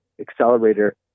accelerator